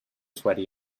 sweaty